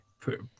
put